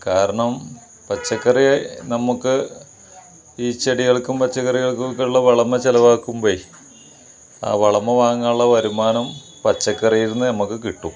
കാരണം പച്ചക്കറി നമുക്ക് ഈ ചെടികൾക്കും പച്ചക്കറികൾക്കും ഒക്കെയുള്ള വളം ചിലവാക്കുമ്പഴേ വളവും വാങ്ങാനുള്ള വരുമാനം പച്ചക്കറിയിൽ നിന്ന് നമുക്ക് കിട്ടും